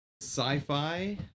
sci-fi